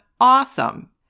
awesome